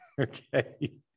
Okay